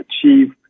achieve